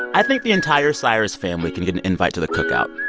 i think the entire cyrus family can get an invite to the cookout.